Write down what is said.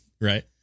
Right